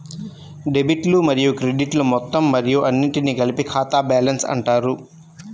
డెబిట్లు మరియు క్రెడిట్లు మొత్తం మరియు అన్నింటినీ కలిపి ఖాతా బ్యాలెన్స్ అంటారు